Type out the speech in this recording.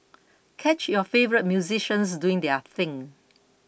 catch your favourites musicians doing their thing